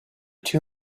two